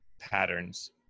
patterns